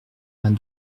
vingt